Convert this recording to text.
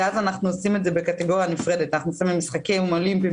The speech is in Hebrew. ואז אנחנו עושים את זה בקטגוריה נפרדת - משחקים אולימפיים,